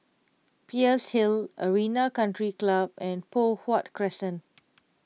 Peirce Hill Arena Country Club and Poh Huat Crescent